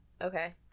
okay